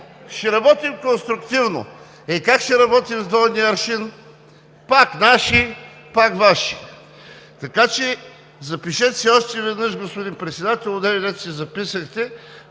ще работим конструктивно – е, как ще работим с двойния аршин, пак наши, пак Ваши? Така че запишете си още веднъж, господин Председател, одеве, където си записахте,